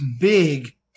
big